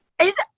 is it?